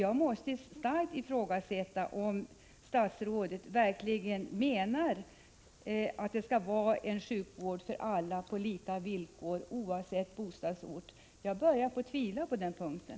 Jag måste starkt ifrågasätta om statsrådet verkligen menar att vi skall ha en sjukvård för alla på lika villkor oavsett bostadsort. Jag börjar tvivla på den punkten.